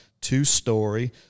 two-story